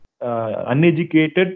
uneducated